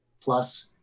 Plus